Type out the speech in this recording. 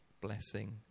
blessing